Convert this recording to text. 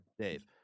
Dave